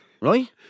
Right